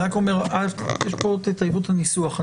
א', תטייבו את הניסוח.